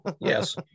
Yes